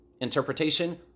Interpretation